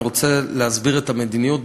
אני רוצה להסביר את המדיניות.